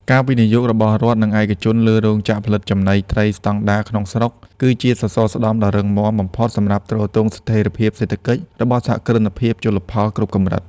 ការវិនិយោគរបស់រដ្ឋ និងឯកជនលើរោងចក្រផលិតចំណីត្រីស្ដង់ដារក្នុងស្រុក គឺជាសសរស្តម្ភដ៏រឹងមាំបំផុតសម្រាប់ទ្រទ្រង់ស្ថិរភាពសេដ្ឋកិច្ចរបស់សហគ្រិនភាពជលផលគ្រប់កម្រិត។